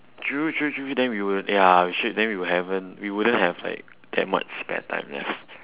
true true true then we would ya we should then we haven't we wouldn't have like that much spare time ya